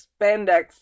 spandex